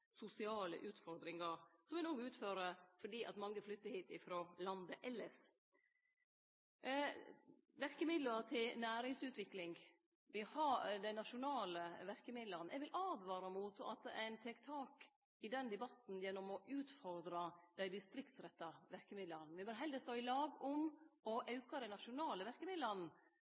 sosiale utfordringar, som me no utfører fordi mange flyttar hit frå landet elles. Når det gjeld dei nasjonale verkemidla til næringsutvikling, vil eg åtvare mot at ein tek tak i den debatten gjennom å utfordre dei distriktsretta verkemidla. Me bør heller stå i lag om å auke dei nasjonale